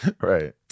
right